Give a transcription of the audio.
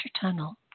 tunnel